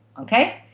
okay